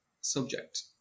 subject